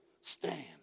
stands